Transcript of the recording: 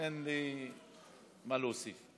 אין לי מה להוסיף.